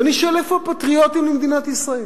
ואני שואל: איפה הפטריוטים למדינת ישראל?